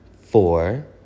four